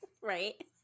Right